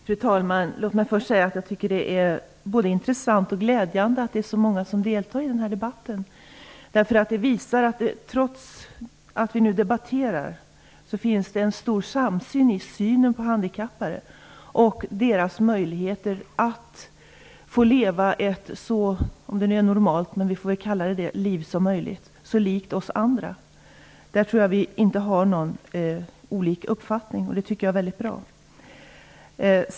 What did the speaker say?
Fru talman! Låt mig först säga att jag tycker att det är både intressant och glädjande att så många deltar i den här debatten. Den har visat att det trots att vi nu debatterar ändå finns en samsyn i synen på arbetshandikappade och deras möjlighet att få leva ett så normalt - om det nu är normalt, men vi får väl kalla det så - liv som möjligt, ett liv likt det som vi andra lever. Jag tror inte att vi har olika uppfattningar i det fallet, och det tycker jag är väldigt bra.